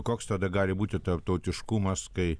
koks tada gali būti tarptautiškumas kai